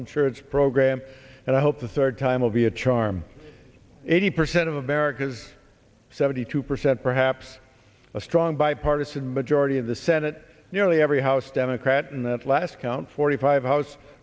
insurance program and i hope the third time will be charm eighty percent of america's seventy two percent perhaps a strong bipartisan majority in the senate nearly every house democrat in the last count forty five house